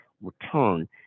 return